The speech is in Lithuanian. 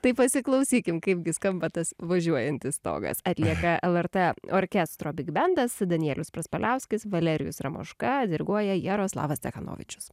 tai pasiklausykim kaipgi skamba tas važiuojantis stogas atlieka lrt orkestro bigbendas danielius praspaliauskis valerijus ramoška diriguoja jaroslavas cechanovičius